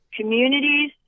communities